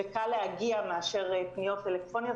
וקל להגיע מאשר פניות טלפוניות.